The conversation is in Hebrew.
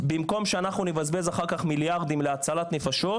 במקום שאנחנו נבזבז אחר כך מיליארדים להצלת הנפשות,